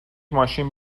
ماشین